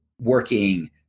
working